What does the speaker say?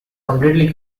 completely